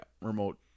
remote